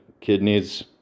Kidneys